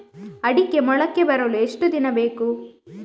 ಅಡಿಕೆ ಮೊಳಕೆ ಬರಲು ಎಷ್ಟು ದಿನ ಬೇಕು?